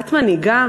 את מנהיגה?